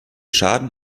schaden